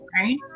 right